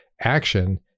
action